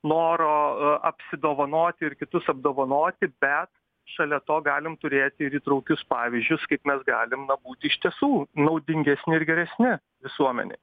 noro apsidovanoti ir kitus apdovanoti bet šalia to galim turėti ir įtraukius pavyzdžius kaip mes galim na būt iš tiesų naudingesni ir geresni visuomenei